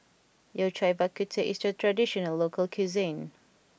Yao Cai Bak Kut Teh is a traditional local cuisine